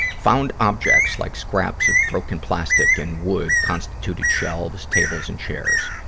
found objects like scraps of broken plastic and wood, constituted shelves, tables, and chairs.